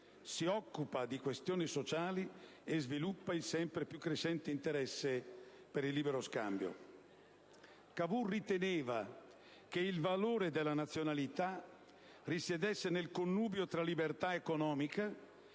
di questioni sociali e sviluppa il sempre più crescente interesse per il libero scambio. Cavour riteneva che il valore della nazionalità risiedesse nel connubio tra libertà economica